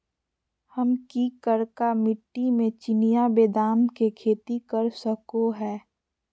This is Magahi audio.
हम की करका मिट्टी में चिनिया बेदाम के खेती कर सको है?